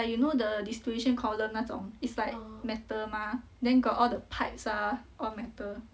like you know the this distillation column 那种 it's like metal mah then got all the pipes are all metal